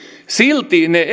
silti ne